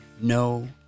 no